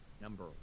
number